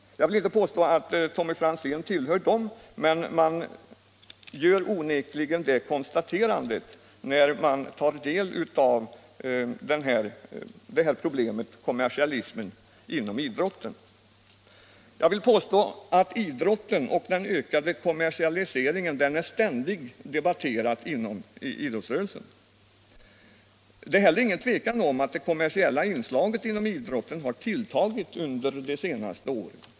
Jag vill inte påstå att herr Franzén tillhör dem, men man gör onekligen det konstaterandet när man tar del av det här problemet —- kommersialismen inom idrotten. Jag hävdar att idrotten och den ökande kommersialiseringen ständigt debatteras inom idrottsrörelsen. Det råder inget tvivel om att det kom mersiella inslaget inom idrotten har tilltagit under de senaste åren.